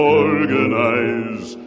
organize